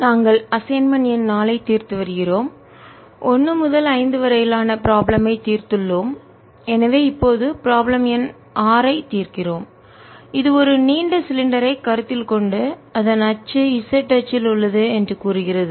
நாங்கள் அசைன்மென்ட் எண் 4 ஐத் தீர்த்து வருகிறோம் 1 முதல் 5 வரையிலான ப்ராப்ளம் ஐத் தீர்த்துள்ளோம் எனவே இப்போது ப்ராப்ளம் எண் 6 ஐத் தீர்க்கிறோம் இது ஒரு நீண்ட சிலிண்டரைக் கருத்தில் கொண்டு அதன் அச்சு z அச்சில் உள்ளது என்று கூறுகிறது